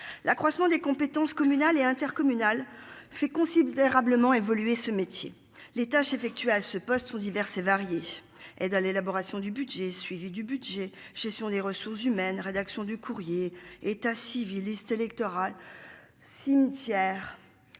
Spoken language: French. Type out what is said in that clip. l'accroissement des compétences communales et intercommunales fait considérablement évoluer ce métier les tâches effectuées à ce poste sont diverses et variées et dans l'élaboration du budget, suivi du budget, gestions des ressources humaines, rédaction du courrier. Civilistes. Électorale cimetière.